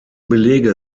belege